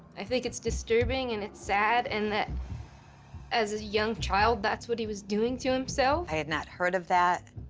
i think it's disturbing and it's sad in that as a young child, that's what he was doing to himself? i had not heard of that.